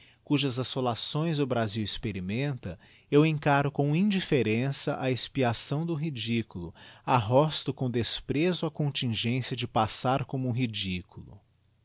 cujas assolações o brasil experimenta eu encaro com indiflferença a expiação do ridículo arrosto com desprezo a contingência de papsar como ridículo